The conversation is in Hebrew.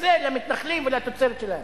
וזה למתנחלים ולתוצרת שלהם,